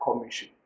Commission